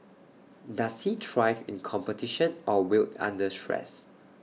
does he thrive in competition or wilt under stress